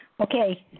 Okay